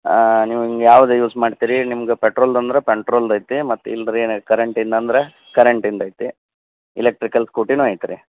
ನಿಮಗೆ ಯಾವ್ದು ಯೂಸ್ ಮಾಡ್ತೀರಿ ನಿಮ್ಗೆ ಪೆಟ್ರೋಲುದಂದ್ರೆ ಪೆಟ್ರೋಲ್ದು ಐತಿ ಮತ್ತು ಇಲ್ಲ ರೀ ಏನು ಕರೆಂಟಿಂದು ಅಂದ್ರೆ ಕರೆಂಟಿಂದು ಐತಿ ಇಲೆಕ್ಟ್ರಿಕಲ್ ಸ್ಕೂಟಿಯೂ ಐತಿ ರೀ